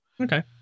Okay